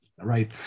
right